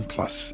Plus